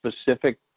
specific